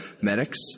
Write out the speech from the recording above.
medics